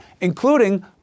including